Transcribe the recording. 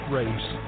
race